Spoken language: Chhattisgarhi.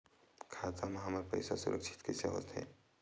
खाता मा हमर पईसा सुरक्षित कइसे हो थे?